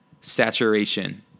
saturation